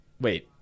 wait